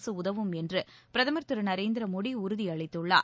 அரசு உதவும் என்று பிரதமர் திரு நரேந்திர மோடி உறுதியளித்துள்ளார்